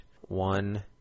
One